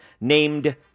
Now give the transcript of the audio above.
named